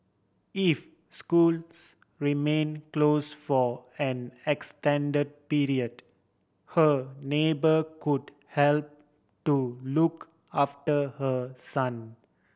if schools remain close for an extend period her neighbour could help to look after her son